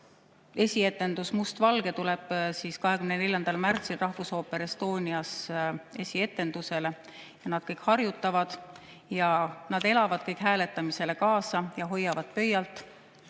ja etendus "Must / Valge" tuleb 24. märtsil Rahvusooper Estonias esiettekandele. Nad kõik harjutavad. Nad elavad kõik hääletamisele kaasa ja hoiavad pöialt.